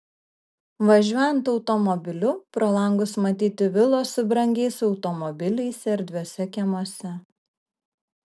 važiuojant automobiliu pro langus matyti vilos su brangiais automobiliais erdviuose kiemuose